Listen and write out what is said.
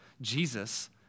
Jesus